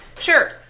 Sure